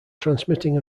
transmitting